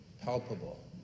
palpable